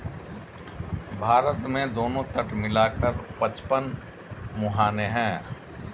भारत में दोनों तट मिला कर पचपन मुहाने हैं